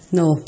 no